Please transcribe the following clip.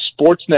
Sportsnet